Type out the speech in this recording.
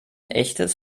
echtes